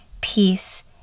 peace